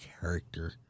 character